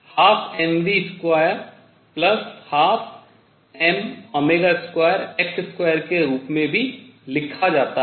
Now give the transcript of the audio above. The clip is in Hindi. जिसे 12 mv212m2x2 के रूप में भी लिखा जाता है